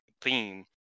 theme